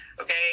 okay